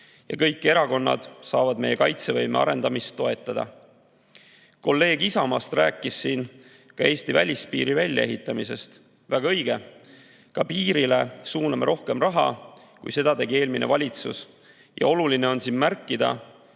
ja kõik erakonnad saavad meie kaitsevõime arendamist toetada. Kolleeg Isamaast rääkis siin ka Eesti välispiiri väljaehitamisest. Väga õige! Ka piirile suuname rohkem raha, kui seda tegi eelmine valitsus. Ja oluline on siin märkida,